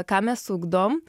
ką mes ugdom